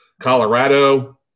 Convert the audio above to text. Colorado